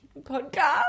podcast